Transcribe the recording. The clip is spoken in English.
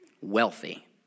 wealthy